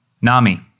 Nami